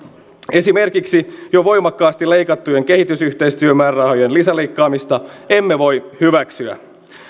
esimerkiksi jo voimakkaasti leikattujen kehitysyhteistyömäärärahojen lisäleikkaamista emme voi hyväksyä